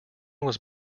was